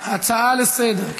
הצעה לסדר-היום,